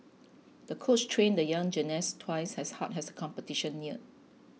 the coach trained the young gymnast twice as hard as the competition neared